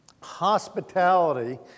Hospitality